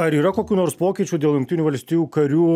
ar yra kokių nors pokyčių dėl jungtinių valstijų karių